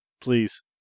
Please